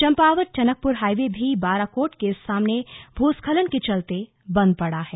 Champawat Tanakpur highway भी बाराकोट के सामने भूस्खलन के चलते बंद पड़ा है